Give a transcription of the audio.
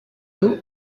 d’eau